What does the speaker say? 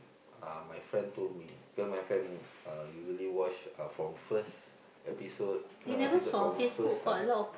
uh my friend told me because my friend uh usually watch uh from first episode not episode from first some